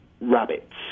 Rabbits